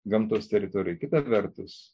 gamtos teritorija kita vertus